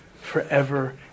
forever